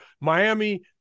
Miami